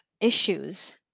issues